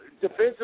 defensive